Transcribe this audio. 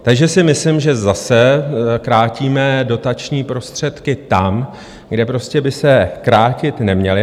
Takže si myslím, že zase krátíme dotační prostředky tam, kde by se prostě krátit neměly.